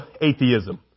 atheism